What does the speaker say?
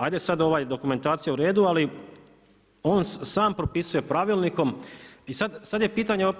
Ajde sada ovo dokumentacija uredu, ali on sam propisuje pravilnikom i sada je pitanje